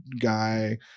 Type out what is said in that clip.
guy